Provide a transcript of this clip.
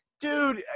dude